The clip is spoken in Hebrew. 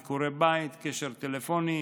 ביקורי בית וקשר טלפוני,